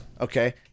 Okay